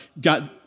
got